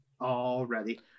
already